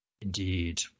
indeed